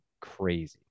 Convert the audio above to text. Crazy